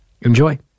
Enjoy